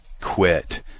quit